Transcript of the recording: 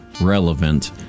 relevant